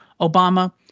Obama –